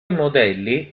modelli